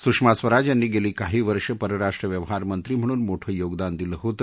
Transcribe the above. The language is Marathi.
सुषमा स्वराज यांनी गेली काही वर्ष परराष्ट्र व्यवहार मंत्री म्हणून मोठे योगदान दिले होते